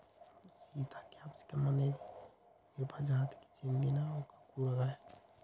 Sita capsicum అనేది మిరపజాతికి సెందిన ఒక కూరగాయ